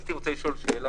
אם אפשר להעביר את לוועדה,